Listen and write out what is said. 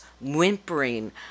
whimpering